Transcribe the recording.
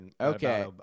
Okay